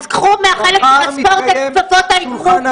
אז תיקחו מחלק הספורט את כפפות האגרוף,